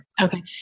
Okay